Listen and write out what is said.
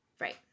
right